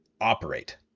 operate